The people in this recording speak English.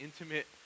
intimate